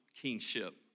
kingship